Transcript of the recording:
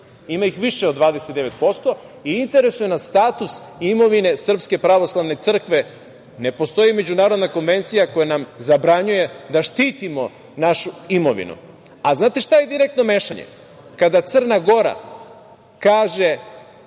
ima ih više od 29% i interesuje nas status imovine SPC. Ne postoji međunarodna konvencija koja nam zabranjuje da štitimo našu imovinu. Znate šta je direktno mešanje? To je kada Crna Gora